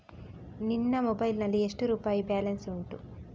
ನಿನ್ನ ಮೊಬೈಲ್ ನಲ್ಲಿ ಎಷ್ಟು ರುಪಾಯಿ ಬ್ಯಾಲೆನ್ಸ್ ಉಂಟು?